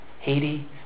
Haiti